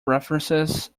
references